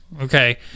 Okay